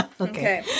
Okay